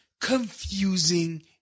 confusing